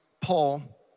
Paul